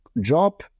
job